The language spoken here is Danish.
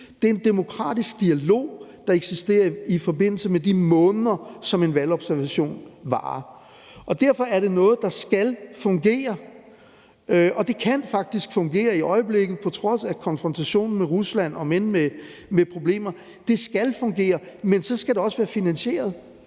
det er en demokratisk dialog, der eksisterer i forbindelse med de måneder, som en valgobservation varer. Derfor er det noget, som skal fungere, og det kan faktisk fungere i øjeblikket på trods af konfrontationen med Rusland, om end med problemer. Det skal fungere, men så skal det også være finansieret.